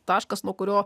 taškas nuo kurio